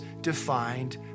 defined